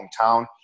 hometown